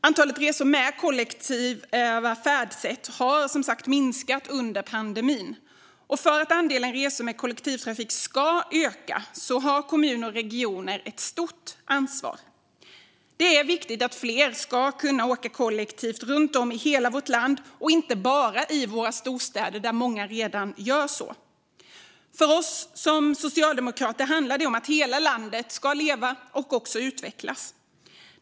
Antalet resor med kollektiva färdsätt har som sagt minskat under pandemin. För att andelen resor med kollektivtrafik ska öka har kommuner och regioner ett stort ansvar. Det är viktigt att fler kan åka kollektivt runt om i hela vårt land och inte bara i våra storstäder, där många redan gör så. För oss socialdemokrater handlar det om att hela landet ska leva och utvecklas.